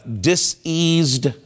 diseased